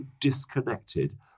disconnected